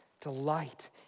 delight